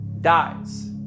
dies